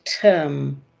term